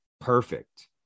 Perfect